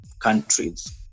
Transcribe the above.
countries